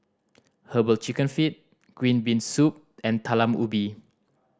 Herbal Chicken Feet green bean soup and Talam Ubi